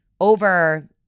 Over